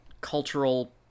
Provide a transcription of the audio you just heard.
cultural